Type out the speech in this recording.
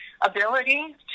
ability